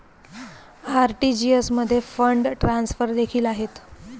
RTGS मध्ये fund transfer देखील आहेत